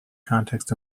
context